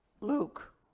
Luke